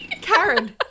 Karen